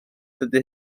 dydy